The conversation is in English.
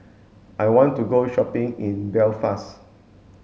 I want to go shopping in Belfast